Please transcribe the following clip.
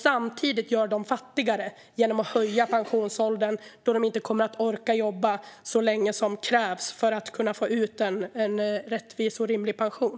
Samtidigt gör ni ju dem fattigare genom att höja pensionsåldern så att de inte kommer att orka jobba så länge som krävs för att kunna få ut en rättvis och rimlig pension.